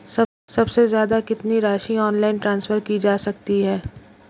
सबसे ज़्यादा कितनी राशि ऑनलाइन ट्रांसफर की जा सकती है?